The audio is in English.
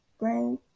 brain